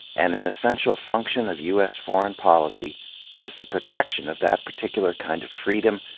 and an essential function of u s. foreign policy is the protection of that particular kind of freedom,